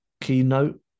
keynote